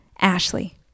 Ashley